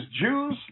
Jews